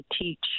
teach